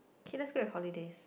okay let's go with holidays